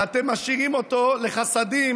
ואתם משאירים אותו לחסדים